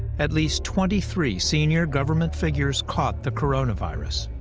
at least twenty three senior government figures caught the coronavirus.